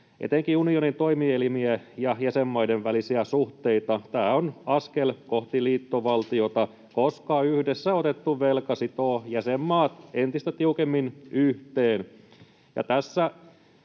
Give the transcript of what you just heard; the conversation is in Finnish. etenkin unionin toimielimiä ja jäsenmaiden välisiä suhteita. Tämä on askel kohti liittovaltiota, koska yhdessä otettu velka sitoo jäsenmaat entistä tiukemmin yhteen.